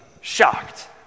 shocked